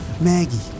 Maggie